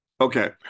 Okay